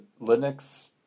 Linux